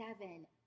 seven